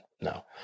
No